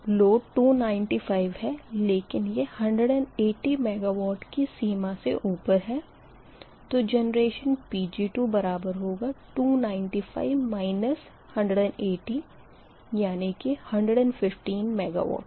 load 295 है लेकिन यह 180 MW की सीमा से ऊपर है तो जेनरेशन Pg2 बराबर होगा 295 180 यानी कि115 MW के